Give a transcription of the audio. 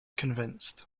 convinced